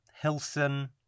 Hilson